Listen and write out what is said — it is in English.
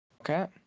Okay